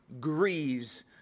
grieves